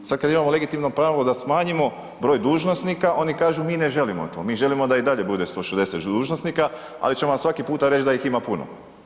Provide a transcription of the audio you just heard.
Sad kad imamo legitimno pravo da smanjimo broj dužnosnika, oni kažu mi ne želimo to, mi želimo da i dalje bude 160 dužnosnika, ali ćemo vam svaki puta reći da ih ima puno.